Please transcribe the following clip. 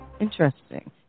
Interesting